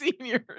seniors